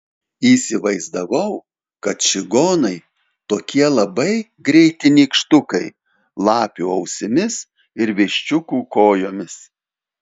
įsivaizdavau kad čigonai tokie labai greiti nykštukai lapių ausimis ir viščiukų kojomis